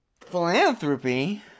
Philanthropy